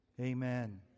Amen